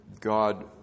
God